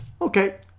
okay